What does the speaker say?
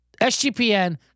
SGPN